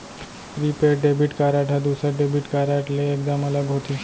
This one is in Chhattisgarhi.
प्रीपेड डेबिट कारड ह दूसर डेबिट कारड ले एकदम अलग होथे